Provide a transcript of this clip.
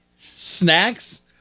snacks